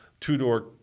two-door